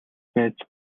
байж